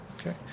okay